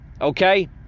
Okay